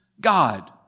God